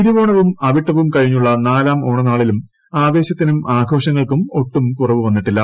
തിരുവോണവും അവിട്ടവും കഴിഞ്ഞുള്ള നാലാം ഓണനാളിലും ആവേശത്തിനും ആഘോഷങ്ങൾക്കും ഒട്ടും കുറവു വന്നിട്ടില്ല